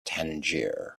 tangier